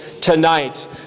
tonight